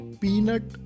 peanut